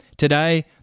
Today